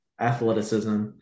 athleticism